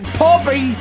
poppy